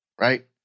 right